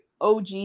OG